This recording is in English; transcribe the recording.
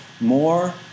more